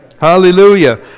Hallelujah